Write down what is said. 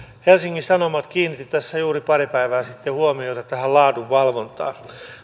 helsingin sanomat kiinnitti tässä juuri pari päivää sitten huomiota tähän laadunvalvontaan